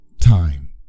time